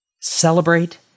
celebrate